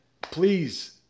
please